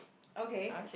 okay